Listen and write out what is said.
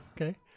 okay